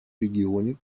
регионе